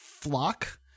Flock